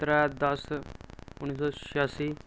त्रै दस्स उन्नी सौ छेआसी